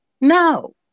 No